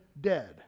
dead